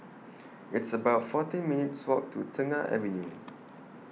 It's about fourteen minutes' Walk to Tengah Avenue